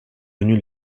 venues